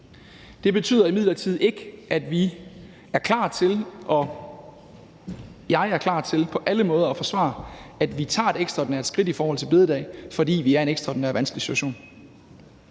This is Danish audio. Det betyder imidlertid ikke, at vi og jeg ikke er klar til på alle måder at forsvare, at vi tager et ekstraordinært skridt i forhold til store bededag, fordi vi er i en ekstraordinært vanskelig situation.